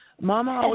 Mama